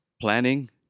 planning